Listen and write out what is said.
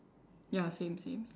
ya same same